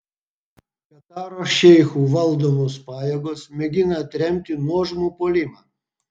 kataro šeichų valdomos pajėgos mėgina atremti nuožmų puolimą